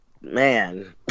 man